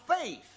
faith